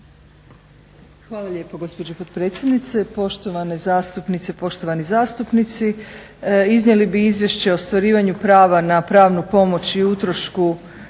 Hvala lijepo gospođo potpredsjednice, poštovane zastupnice, poštovani zastupnici. Iznijeli bi izvješće o ostvarivanju prava na pravnu pomoć i utrošku